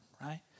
right